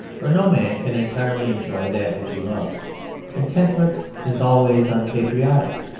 for no man can entirely enjoy that which he loves contentment is always unpatriotic.